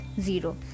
zero